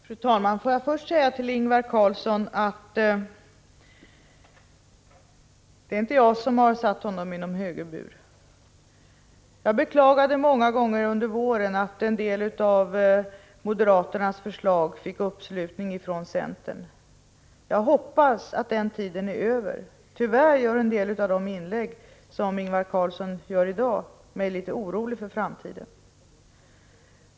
Fru talman! Låt mig först säga till Ingvar Karlsson i Bengtsfors att det inte är jag som har satt honom i någon högerbur. Jag beklagade många gånger under våren att en del av moderaternas förslag fick uppslutning från centern. Jag hoppas att den tiden är över. Tyvärr gör en del av Ingvar Karlssons inlägg i dag mig litet orolig för framtiden.